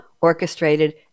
orchestrated